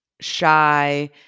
shy